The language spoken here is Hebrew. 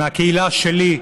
מהקהילה שלי,